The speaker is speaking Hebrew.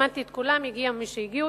הזמנתי את כולם, הגיע מי שהגיע.